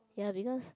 ya because